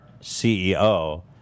CEO